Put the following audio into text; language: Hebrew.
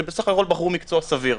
שבסך הכול בחרו מקצוע סביר,